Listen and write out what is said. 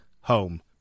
home